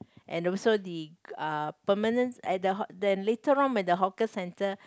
and also the(uh) permanent at the haw~ then later on when the hawker center